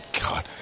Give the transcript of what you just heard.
God